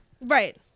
Right